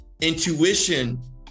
Intuition